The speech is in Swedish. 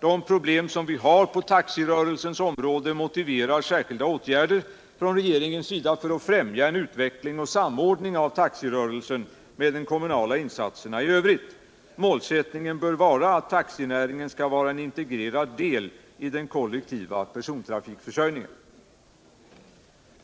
De problem vi har på taxirörelsens område motiverar särskilda åtgärder från regeringens sida för att främja en utveckling och samordning av taxirörelsen med de kommunala insatserna i övrigt. Målsättningen bör vara att taxinäringen skall vara en integrerad del i den kollektiva persontrafikförsörjningen.